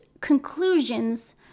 conclusions